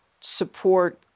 support